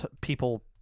People